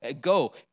go